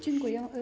Dziękuję.